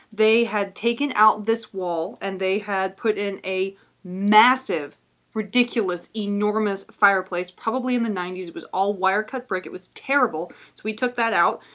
they had taken out this wall and they had put in a massive ridiculous enormous fireplace, probably in the ninety s. it was all wire cut break, it was terrible, so we took that out.